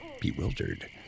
bewildered